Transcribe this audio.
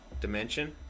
dimension